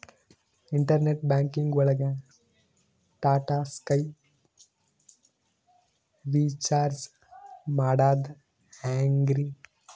Internet banking ಒಳಗ್ Tata sky recharge ಮಾಡದ್ ಹೆಂಗ್ರೀ?